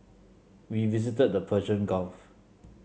we visited the Persian Gulf